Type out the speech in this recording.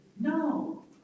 No